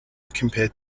compared